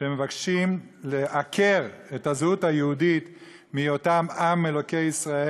שמבקשות לעקר את הזהות היהודית מהיותם עם אלוהי ישראל,